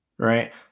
Right